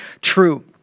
true